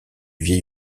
vieil